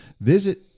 Visit